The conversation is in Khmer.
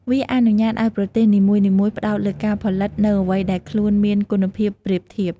វាអនុញ្ញាតឱ្យប្រទេសនីមួយៗផ្តោតលើការផលិត នូវអ្វីដែលខ្លួនមានគុណសម្បត្តិប្រៀបធៀប។